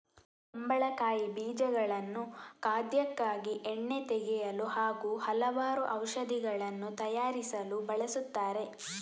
ಕುಂಬಳಕಾಯಿ ಬೀಜಗಳನ್ನು ಖಾದ್ಯಕ್ಕಾಗಿ, ಎಣ್ಣೆ ತೆಗೆಯಲು ಹಾಗೂ ಹಲವಾರು ಔಷಧಿಗಳನ್ನು ತಯಾರಿಸಲು ಬಳಸುತ್ತಾರೆ